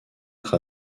être